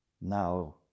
Now